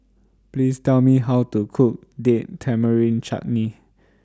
Please Tell Me How to Cook Date Tamarind Chutney